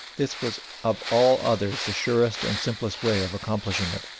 this was of all others the surest and simplest way of accomplishing it.